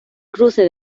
cruce